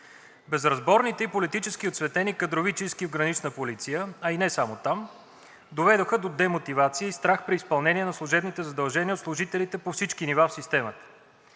Безразборните и политически оцветени кадрови чистки в Гранична полиция, а и не само там, доведоха до демотивация и страх при изпълнение на служебните задължения от служителите по всички нива в системата.